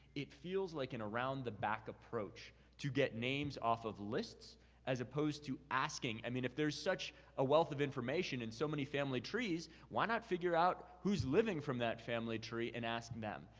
it feels like an around the back approach to get names off of lists as opposed to asking, i mean, if there's such a wealth of information in so many family trees, why not figure out who's living from that family tree and ask them?